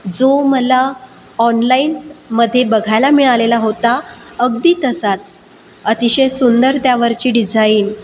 जो मला ऑनलाईन मधे बघायला मिळालेला होता अगदी तसाच अतिशय सुंदर त्यावरची डिझाईन